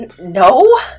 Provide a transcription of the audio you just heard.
No